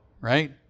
right